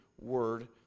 Word